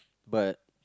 but